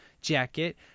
jacket